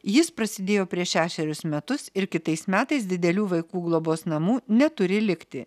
jis prasidėjo prieš šešerius metus ir kitais metais didelių vaikų globos namų neturi likti